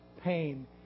pain